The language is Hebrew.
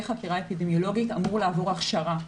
חקירה אפידמיולוגית אמור לעבור הכשרה.